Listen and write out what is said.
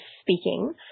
speaking